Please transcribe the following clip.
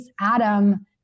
Adam